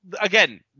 again